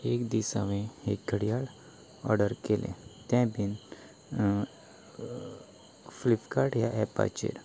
एक दीस हावें एक घडयाळ ऑर्डर केलें तेंय बी फ्लिपकार्ट ह्या ऍपाचेर